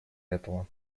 этого